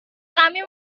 kami